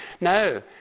No